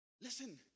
Listen